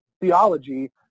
theology